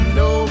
no